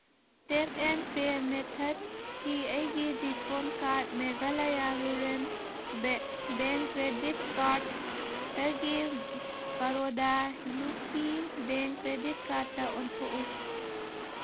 tap and pay ꯃꯦꯊꯠꯀꯤ ꯑꯩꯒꯤ default card Meghalaya rural bank credit ꯀꯥꯔꯠꯇꯒꯤ ꯕꯔꯣꯗꯥ ꯌꯨ ꯄꯤ ꯕꯦꯡ ꯀ꯭ꯔꯦꯗꯤꯠ ꯀꯥꯔꯠꯇ ꯑꯣꯟꯊꯣꯛꯎ